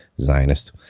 Zionist